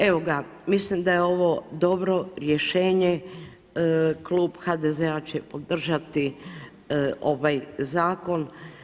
Evo ga, mislim da je ovo dobro rješenje, klub HDZ-a će podržati ovaj zakon.